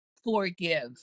Forgive